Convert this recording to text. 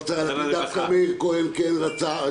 דווקא מאיר כהן כן רצה.